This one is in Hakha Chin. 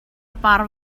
par